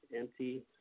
empty